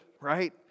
right